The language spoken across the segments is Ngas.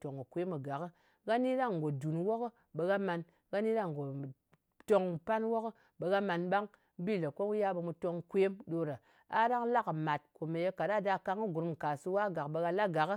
Tong kɨ kwem kagakɨ. Gha ni ɗang ngò dun wokɨ, ɓe gha man. Gha ni ɗang ngò tong pan wok ɓe gha man ɓang. Bi lē ko mu yal ɓe mu tong kwem ɗo ɗa. A ɗang la kɨ màt kòmèye ka ɗa ɗā kang kɨ gurm nkasuwa gàk, ɓe gha la gak,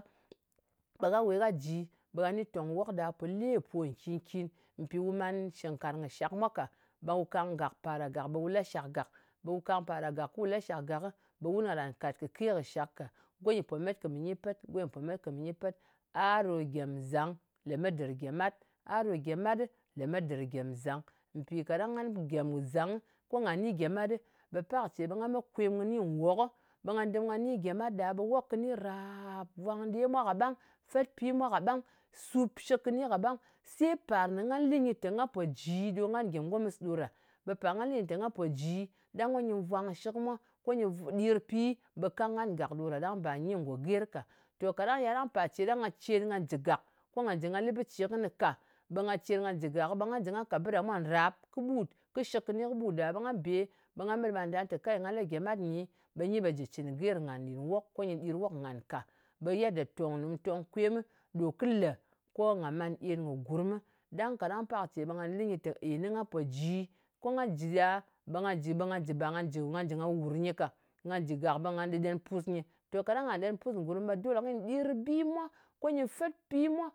ɓe gha we gha ji ɓa ni tòng kɨ wok ɗa, po le pō nkin-kin. Mpì wu man shɨngkarng kɨ shak mwa ka. Ɓe wu kang gàk, par ɗa gàk, ɓe wù lashak gàk, ɓu kang para gàk ku la shak gàkɨ, ɓe wun karan kat kɨ ke kɨ shakɨ ka. Go nyɨ po met kɨ mɨ nyi pet, go nyɨ pò pet kɨ mɨ nyi pet. A ɗo gyemzang lemet dɨr gyemat, a ɗo gyemat lemet dɨr gyenzang. Mpò kaɗang nga ni gyemzang, ko nga ni gyemat ɗɨ, ɓe pak ce ɓe nga me kwem kɨni nwok, ɓe nga dɨm nga ni gyemat ɗa, ɓe wok kɨni raaap. Vwang ɗe mwa kaɓang, fet pi mwa kaɓang, sùp shɨk kɨni kaɓang, se pa nē nga lɨ nyɨ tè nga pò ji, ɗo ngan gyem gomɨs ɗo ɗa. Ɓe pà nga lɨ nyi tè nga pò ji ɗang ko ngɨ vwang shɨk mwa, ko nyɨ, ɗir pi, ɓe kang ngan gàk ɗo ɗa, ɗang bà nyi ngò ger ka. Tò, pà ce ɗang nga cèn nga jɨ gàk, ko nga jɨ nga lɨ bɨ ce kɨnɨ ka, ɓe nga cen nga jɨ gakɨ, ɓe nga jɨ nga ka bɨ ɗa mwa nrap kɨbǝt, kɨ shɨk kɨni kɨɓut ɗa, ɓe nga ɓe nga lɨ tè, nga la gyemat nyi, ɓe nyi ɓe jɨ cɨn ger ngan nɗin wok, ko nyɨ ɗir wok ngan ka. Ɓe yedda tòng nè mù tong kwemɨ, ɗo kɨ lè ko nga man en kɨ gurm. Ɗang kaɗang pak ce ɓe nga lɨ nyi tè èy nɨ nga pò ji, ko nga jɨ ɗa, ɓe nag ji, ɓe nga jɨ nga wùr nyɨ ka. Nga jɨ gàk, ɓe nga ɗɨ ɗen pus nyɨ. To, kaɗang nga ɗen pu ngurm ɓe ɗole kɨy ɗir bi mwa, ko nyɨ fet pi mwa.